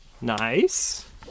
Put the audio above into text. Nice